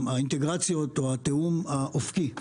האינטגרציות או התיאום האופקי.